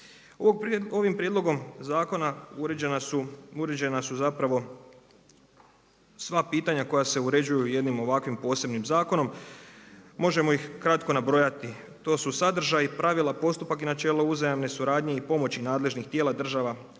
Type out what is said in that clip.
Ovim prijedlogom zakona uređena su zapravo sva pitanja koja se uređuju jednim ovakvim posebnim zakonom. Možemo ih kratko nabrojati, to su sadržaj, pravila, postupak i načelo uzajamne suradnje i pomoći nadležnih tijela država